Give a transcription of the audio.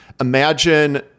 Imagine